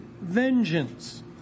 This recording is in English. vengeance